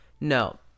No